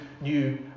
new